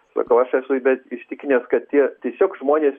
sakau aš esu bet įsitikinęs kad tie tiesiog žmonės